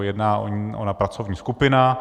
Jedná o ní ona pracovní skupina.